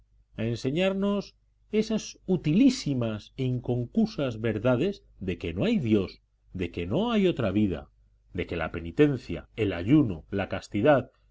a enseñarnos esas utilísimas e inconcusas verdades de que no hay dios de que no hay otra vida de que la penitencia el ayuno la castidad